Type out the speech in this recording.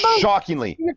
shockingly